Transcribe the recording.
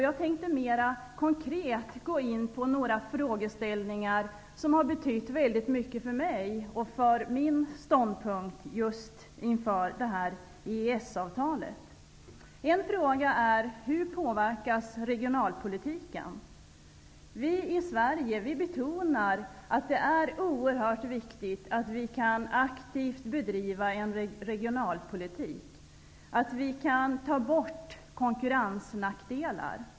Jag tänkte mer konkret gå in på några frågeställningar som har betytt väldigt mycket för mig och för min ståndpunkt just inför EES-avtalet. En fråga är: Hur påverkas regionalpolitiken? Vi i Sverige betonar att det är oerhört viktigt att vi aktivt kan bedriva en regionalpolitik, att vi kan ta bort konkurrensnackdelar.